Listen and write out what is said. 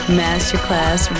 masterclass